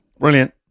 Brilliant